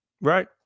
right